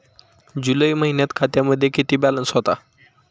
जुलै महिन्यात खात्यामध्ये किती बॅलन्स होता?